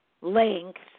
length